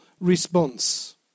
response